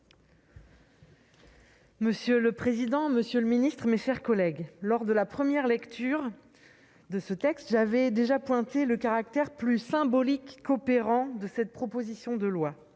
Monsieur le président, monsieur le ministre, mes chers collègues, en première lecture, j'avais déjà souligné le caractère plus symbolique qu'opérant de cette proposition de loi.